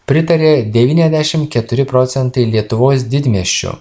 pritarė devyniasdešim keturi procentai lietuvos didmiesčių